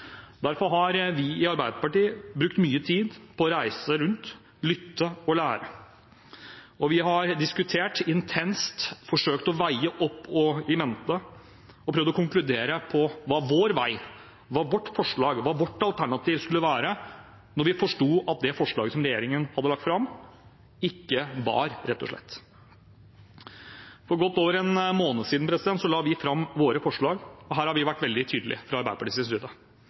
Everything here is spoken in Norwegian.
Derfor har vi i Arbeiderpartiet brukt mye tid på å reise rundt, lytte og lære. Vi har diskutert intenst, forsøkt å veie opp og i mente og prøvd å konkludere på hva vår vei, hva vårt forslag, hva vårt alternativ skulle være da vi forsto at det forslaget som regjeringen hadde lagt fram, ikke bar, rett og slett. For godt over en måned siden la vi fram våre forslag, og her har vi vært veldig tydelige fra Arbeiderpartiets side.